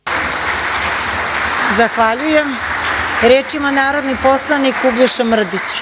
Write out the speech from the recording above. Zahvaljujem. Reč ima narodni poslanik Uglješa